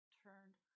turned